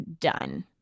done